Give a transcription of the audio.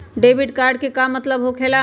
Debit card के का मतलब होकेला?